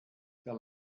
der